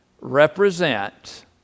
represent